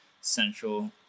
central